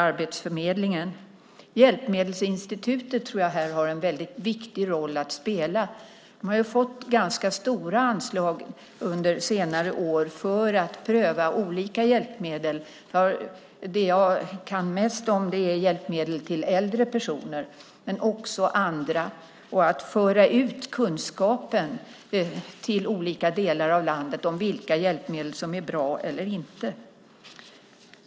Jag tror att Hjälpmedelsinstitutet här har en väldigt viktig roll att spela. Det har fått ganska stora anslag under senare år för att pröva olika hjälpmedel. Det jag kan mest om är hjälpmedel till äldre personer, men det gäller även andra. Det handlar om att föra ut kunskaper till olika delar av landet om vilka hjälpmedel som är bra eller inte.